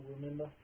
remember